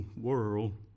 world